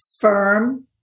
firm